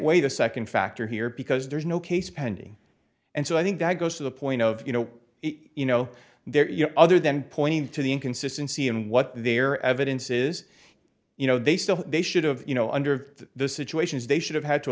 wait second factor here because there's no case pending and so i think that goes to the point of you know you know they're you know other than pointing to the inconsistency in what their evidence is you know they still they should've you know under the situations they should have had t